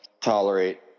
tolerate